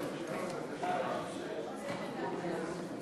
התשע"ד 2013,